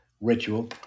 ritual